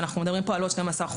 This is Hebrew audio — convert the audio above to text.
ואנחנו מדברים פה על עוד 12 חודש.